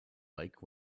like